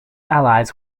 allies